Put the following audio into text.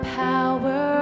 power